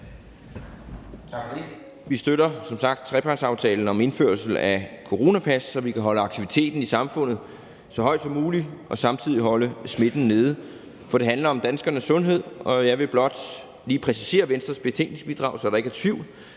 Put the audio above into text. det. Vi støtter som sagt trepartsaftalen om indførelse af krav om coronapas, så vi kan holde så høj en aktivitet i samfundet som muligt og samtidig holde smitten nede, for det handler om danskernes sundhed. Og jeg vil blot lige præcisere Venstres betænkningsbidrag, så der ikke er tvivl: